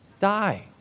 Die